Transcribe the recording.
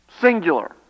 singular